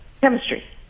Chemistry